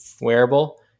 wearable